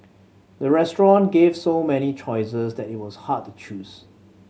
the restaurant gave so many choices that it was hard to choose